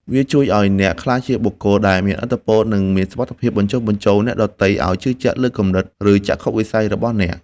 វាជួយឱ្យអ្នកក្លាយជាបុគ្គលដែលមានឥទ្ធិពល និងមានសមត្ថភាពបញ្ចុះបញ្ចូលអ្នកដទៃឱ្យជឿជាក់លើគំនិត ឬចក្ខុវិស័យរបស់អ្នក។